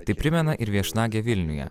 tai primena ir viešnagę vilniuje